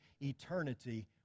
eternity